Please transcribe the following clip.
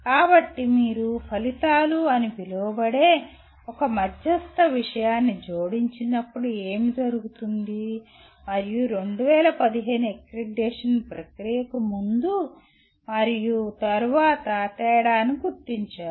కాబట్టి మీరు ఫలితాలు అని పిలువబడే ఒక మధ్యస్థ విషయాన్ని జోడించినప్పుడు ఏమి జరుగుతుంది మరియు 2015 అక్రిడిటేషన్ ప్రక్రియకు ముందు మరియు తరువాత తేడాను గుర్తించారు